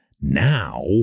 Now